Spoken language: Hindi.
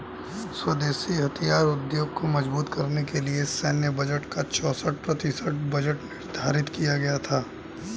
स्वदेशी हथियार उद्योग को मजबूत करने के लिए सैन्य बजट का चौसठ प्रतिशत बजट निर्धारित किया गया था